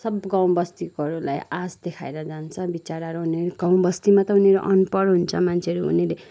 सब गाउँ बस्तीकोहरूलाई आस देखाएर जान्छ बिचाराहरू उनीहरू गाउँ बस्तीमा त उनीहरू अनपढ हुन्छ मान्छेहरू उनीहरूले